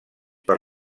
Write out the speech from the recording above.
per